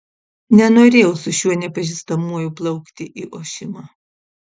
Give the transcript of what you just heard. nenorėjau su šiuo nepažįstamuoju plaukti į ošimą